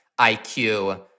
IQ